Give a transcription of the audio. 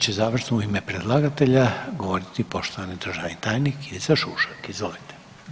Sad će završno u ime predlagatelja govoriti poštovani državni tajnik Ivica Šušak, izvolite.